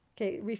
Okay